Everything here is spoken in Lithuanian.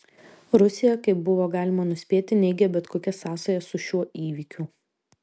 rusija kaip buvo galima nuspėti neigė bet kokias sąsajas su šiuo įvykiu